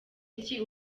iki